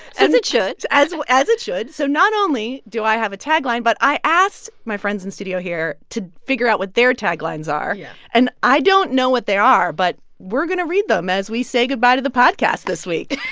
as it should as so as it should so not only do i have a tagline, but i asked my friends in studio here to figure out what their taglines are yeah and i don't know what they are, but we're going to read them as we say goodbye to the podcast this week